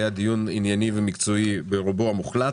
היה דיון ענייני ומקצועי ברובו המוחלט.